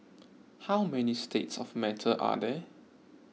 how many states of matter are there